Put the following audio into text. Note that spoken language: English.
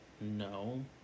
No